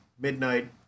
midnight